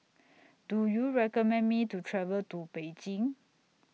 Do YOU recommend Me to travel to Beijing